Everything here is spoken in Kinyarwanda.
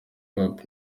hop